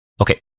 Okay